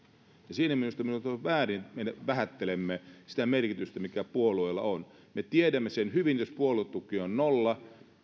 siinä mielessä minusta on väärin että vähättelemme sitä merkitystä mikä puolueilla on me tiedämme sen hyvin että jos puoluetuki on nolla